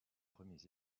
premiers